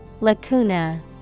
Lacuna